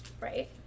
right